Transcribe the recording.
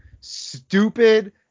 stupid